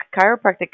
Chiropractic